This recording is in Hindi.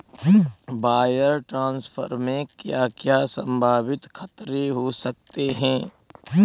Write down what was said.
वायर ट्रांसफर में क्या क्या संभावित खतरे हो सकते हैं?